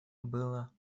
было